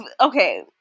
okay